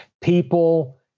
People